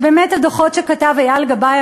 ובאמת הדוחות שכתב אייל גבאי,